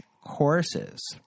courses